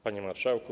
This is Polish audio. Panie Marszałku!